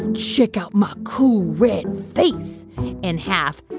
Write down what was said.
and check out my cool, red face and half,